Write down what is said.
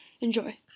Enjoy